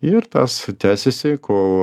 ir tas tęsiasi kol